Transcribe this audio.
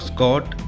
Scott